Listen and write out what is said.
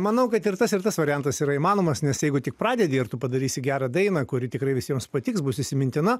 manau kad ir tas ir tas variantas yra įmanomas nes jeigu tik pradedi ir tu padarysi gerą dainą kuri tikrai visiems patiks bus įsimintina